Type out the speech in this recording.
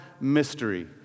mystery